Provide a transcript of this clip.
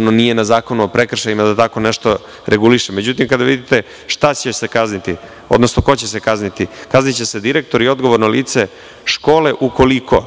ali nije na Zakonu o prekršajima da tako nešto reguliše.Međutim, kada vidite šta će se kazniti, odnosno ko će se kazniti, kazniće se direktor i odgovorno lice škole ukoliko